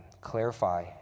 clarify